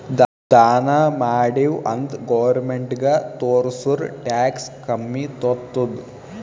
ದಾನಾ ಮಾಡಿವ್ ಅಂತ್ ಗೌರ್ಮೆಂಟ್ಗ ತೋರ್ಸುರ್ ಟ್ಯಾಕ್ಸ್ ಕಮ್ಮಿ ತೊತ್ತುದ್